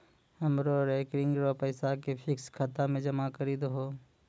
हमरो रेकरिंग रो पैसा के फिक्स्ड खाता मे जमा करी दहो